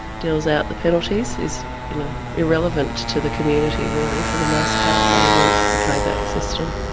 deals out the penalties, is you know irrelevant to the community really, for the most part. they want the payback system.